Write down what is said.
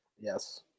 Yes